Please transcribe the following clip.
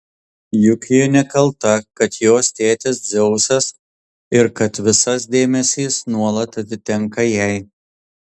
juk ji nekalta kad jos tėtis dzeusas ir kad visas dėmesys nuolat atitenka jai